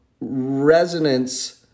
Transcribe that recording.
resonance